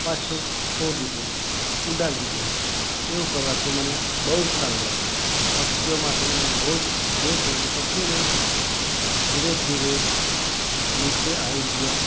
પાછો છોડી દીધું ઉડાડી દીધું એવું કરવાથી મને બહુ જ સારું લાગ્યું પક્ષીઓ માટે મેં બહુ જ બહુ શું પછી મેં ધીરે ધીરે નીચે આવી ગયો